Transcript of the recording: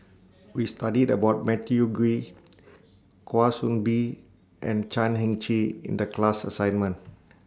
We studied about Matthew Ngui Kwa Soon Bee and Chan Heng Chee in The class assignment